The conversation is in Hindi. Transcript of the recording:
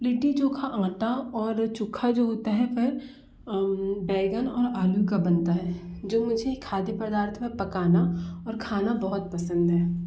लिट्टी चोखा आटा और चोखा जो होता है वह बैगन और आलू का बनता है जो मुझे खाद्य पदार्थ में पकाना और खाना बहुत पसंद है